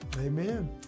Amen